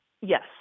Yes